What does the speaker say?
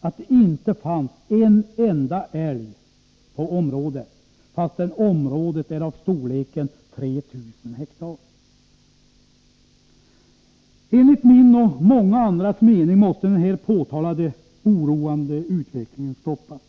att det inte fanns en enda älg på området, fastän området är 3 000 hektar stort. Enligt min och många andras mening måste den här påtalade oroande utvecklingen stoppas.